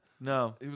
No